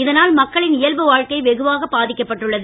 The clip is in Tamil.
இதனால் மக்களின் இயல்பு வாழ்க்கை வெகுவாக பாதிக்கப்பட்டுள்ளது